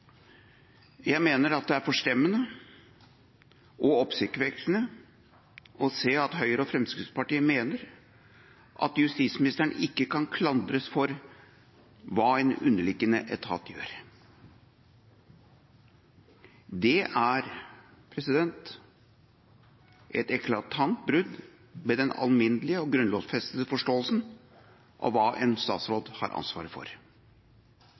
forstemmende og oppsiktsvekkende å høre at Høyre og Fremskrittspartiet mener at justisministeren ikke kan klandres for hva en underliggende etat gjør. Det er et eklatant brudd med den alminnelige og grunnlovfestede forståelsen av hva en statsråd har ansvaret for.